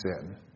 sin